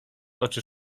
oczy